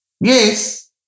Yes